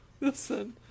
Listen